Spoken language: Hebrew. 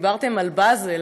דיברתם על באזל,